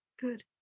Good